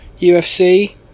UFC